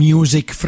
Music